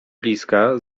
bliska